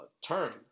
term